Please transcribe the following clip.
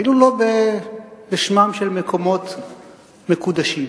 אפילו לא בשמם של מקומות מקודשים.